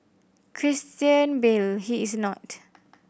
Christian Bale he is not